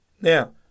Now